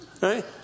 right